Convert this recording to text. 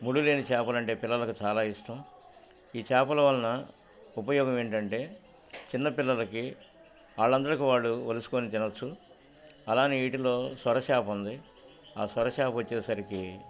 ముడు లేని చాపలంటే పిల్లలకు చాలా ఇష్టం ఈ చేపల వలన ఉపయోగం ఏంటంటే చిన్నపిిల్లలకి వాళ్ళందరిక వాళ్డు వలుసుకొని తినొచ్చు అలానే వటిలో స్ొరసాప ఉంది ఆ స్ొరసాప వచ్చేసరికి